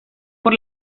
por